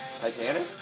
Titanic